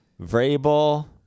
Vrabel